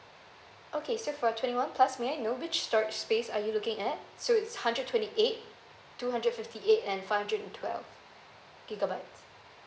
okay so for twenty one plus may I know which storage space are you looking at so it's hundred twenty eight two hundred fifty eight and five hundred and twelve gigabytes